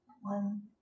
One